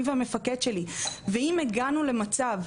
אני והמפקד שלי ואם הגענו למצב,